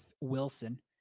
Wilson